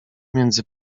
między